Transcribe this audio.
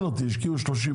גם ככה אני בסכסוך שם.